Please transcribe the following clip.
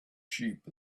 sheep